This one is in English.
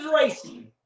racing